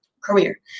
career